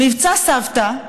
מבצע סבתא,